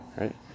right